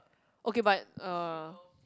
okay but uh